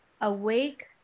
awake